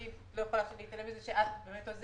אני לא יכולה להתעלם מזה שאת עוזבת.